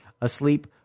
asleep